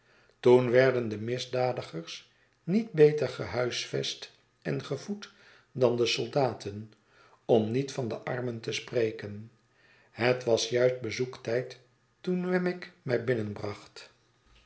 toen werden de misdadigers niet beter gehuisvest en gevoed dan de soldaten om niet van de armen te spreken het was juist bezoektijd toen wemmick mij binnenbracht